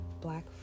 Black